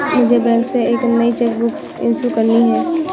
मुझे बैंक से एक नई चेक बुक इशू करानी है